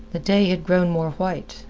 the day had grown more white,